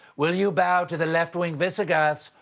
will you bow to the left wing visigoths,